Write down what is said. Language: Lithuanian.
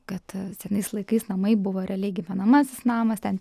kad senais laikais namai buvo realiai gyvenamasis namas ten